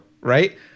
right